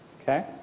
Okay